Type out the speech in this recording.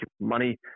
money